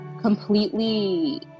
completely